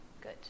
Good